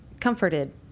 comforted